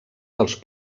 dels